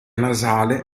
nasale